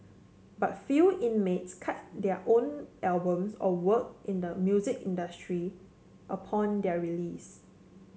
but few inmates cut their own albums or work in the music industry upon their release